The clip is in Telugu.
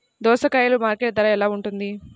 దోసకాయలు మార్కెట్ ధర ఎలా ఉంటుంది?